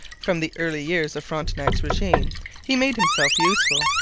from the early years of frontenac's regime he made himself useful,